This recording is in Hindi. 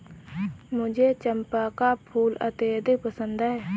मुझे चंपा का फूल अत्यधिक पसंद है